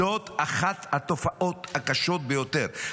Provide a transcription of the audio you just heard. זאת אחת התופעות הקשות ביותר,